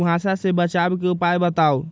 कुहासा से बचाव के उपाय बताऊ?